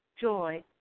joy